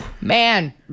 Man